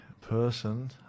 Person